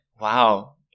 wow